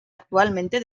actualmente